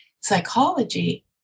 psychology